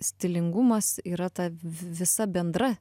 stilingumas yra ta visa bendra